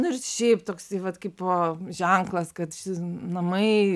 nu ir šiaip toks į vat kaipo ženklas kad namai